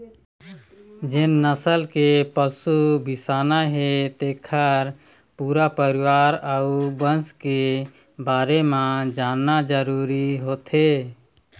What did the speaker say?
जेन नसल के पशु बिसाना हे तेखर पूरा परिवार अउ बंस के बारे म जानना जरूरी होथे